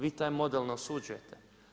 Vi taj model ne osuđujete.